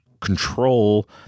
control